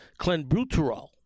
clenbuterol